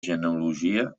genealogia